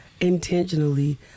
intentionally